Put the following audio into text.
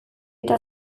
eta